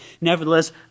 nevertheless